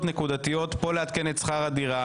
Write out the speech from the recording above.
נקודתיות כאן לעדכן את שכר הדירה,